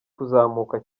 kuzamuka